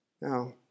Now